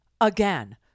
again